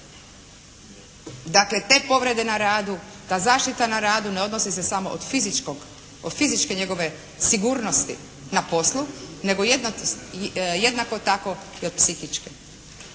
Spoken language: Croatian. Dakle, te povrede na radu, ta zaštita na radu ne odnosi se samo od fizičkog, od fizičke njegove sigurnosti na poslu, nego jednako tako i od psihičke.